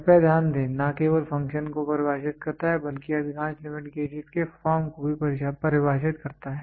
कृपया ध्यान दें न केवल फ़ंक्शन को परिभाषित करता है बल्कि अधिकांश लिमिट गेजेस के फार्म को भी परिभाषित करता है